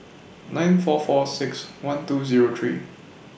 nine four four six one two Zero three